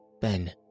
Ben